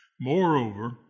Moreover